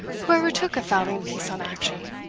who ever took a fowling-piece on action?